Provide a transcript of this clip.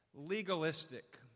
legalistic